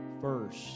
first